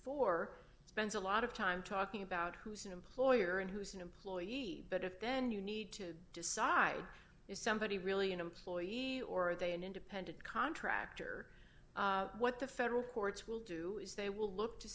four spends a lot of time talking about who is an employer and who is an employee but if then you need to decide is somebody really an employee or are they an independent contractor what the federal courts will do is they will look to